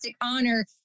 honor